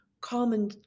common